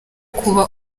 kuba